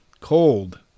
cold